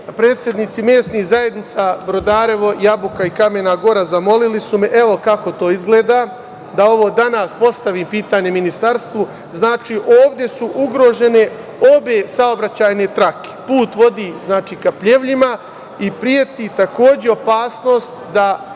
Predsednici mesnih zajednica Brodarevo, Jabuka i Kamena Gora zamolili su me, evo kako to izgleda, da ovo pitanje postavim danas ministarstvu. Znači, ovde su ugrožene obe saobraćajne trake. Put vodi ka Pljevljima i preti, takođe, opasnost da